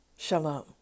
Shalom